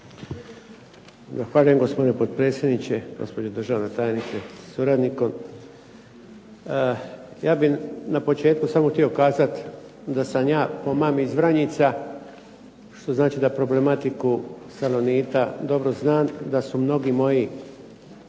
Zahvaljujem. Gospodine potpredsjedniče, gospođo državna tajnice sa suradnikom. Ja bih na početku samo htio kazati da sam ja po mami iz Vranjica što znači da problematiku stanovnika dobro znam, da su mnogi moji